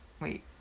Wait